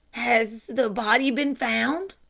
has the body been found?